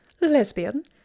lesbian